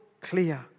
clear